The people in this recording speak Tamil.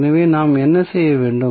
எனவே நாம் என்ன செய்ய வேண்டும்